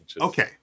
Okay